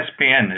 ESPN